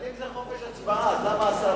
אבל אם זה חופש הצבעה למה השר